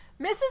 Mrs